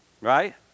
right